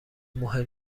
مهم